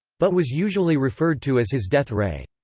but was usually referred to as his death ray.